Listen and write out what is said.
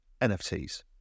NFTs